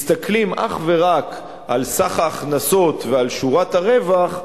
מסתכלים אך ורק על סך ההכנסות ועל שורת הרווח,